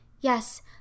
Yes